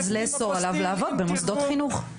אז לאסור עליו לעוד במוסדות חינוך.